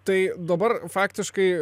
tai dabar faktiškai